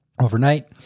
overnight